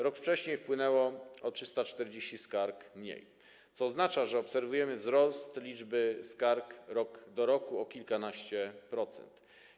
Rok wcześniej wpłynęło o 340 skarg mniej, co oznacza, że obserwujemy wzrost liczby skarg rok do roku o kilkanaście procent.